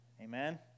Amen